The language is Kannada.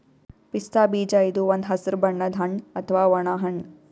ಪಿಸ್ತಾ ಬೀಜ ಇದು ಒಂದ್ ಹಸ್ರ್ ಬಣ್ಣದ್ ಹಣ್ಣ್ ಅಥವಾ ಒಣ ಹಣ್ಣ್